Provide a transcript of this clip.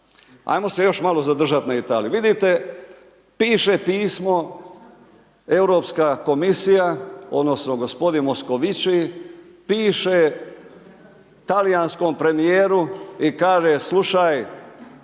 Ajmo se još malo zadržati na Italiji. Vidite, piše pismo Europska Komisija odnosno gospodin Moscovici, piše talijanskom premijeru i kaže, slušaj,